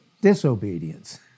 disobedience